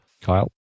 Kyle